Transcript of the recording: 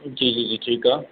जी जी जी ठीकु आहे